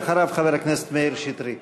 ואחריו, חבר הכנסת מאיר שטרית.